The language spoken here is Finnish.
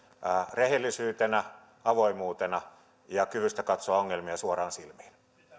rehellisyytenä avoimuutena ja kykynä katsoa ongelmia suoraan silmiin